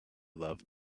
love